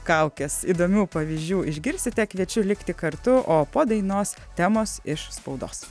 kaukes įdomių pavyzdžių išgirsite kviečiu likti kartu o po dainos temos iš spaudos